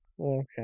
Okay